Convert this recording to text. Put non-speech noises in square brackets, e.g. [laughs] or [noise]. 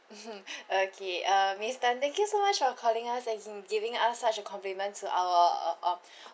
mmhmm [laughs] okay uh miss tan thank you so much for calling us as in giving us such a compliment to our or~ or~ [breath]